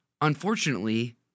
unfortunately